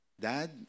Dad